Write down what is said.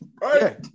right